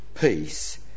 peace